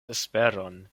esperon